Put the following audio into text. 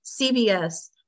CBS